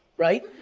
right?